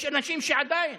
עדיין